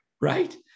right